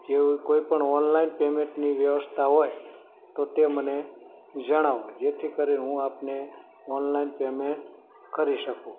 જેવી કોઇપણ ઓનલાઇન પેમેન્ટની વ્યવસ્થા હોય તો તે મને જણાવો જેથી કરીને હું આપને ઓનલાઇન પેમેન્ટ કરી શકું